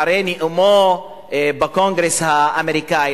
אחרי נאומו בקונגרס האמריקני,